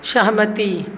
सहमति